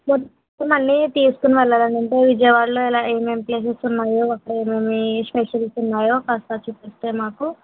మొత్తం అన్ని తీసుకువెళ్ళాలని అండి అంటే విజయవాడలో ఎలా ఏమేమి ప్లేసెస్ ఉన్నాయో అక్కడ ఏమేమి స్పెషల్స్ ఉన్నాయో కాస్త చూపిస్తే మాకు